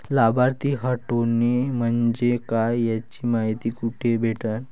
लाभार्थी हटोने म्हंजे काय याची मायती कुठी भेटन?